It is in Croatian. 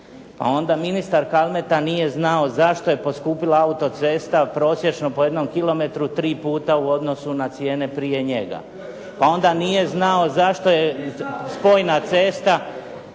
Pa onda ministar Kalmeta nije znao zašto je poskupila autocesta prosječno po jednom kilometru tri puta u odnosu na cijene prije njega. Pa onda nije znao zašto je spojna cesta